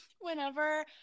whenever